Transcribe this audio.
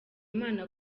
imana